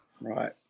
right